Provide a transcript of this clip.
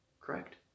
Correct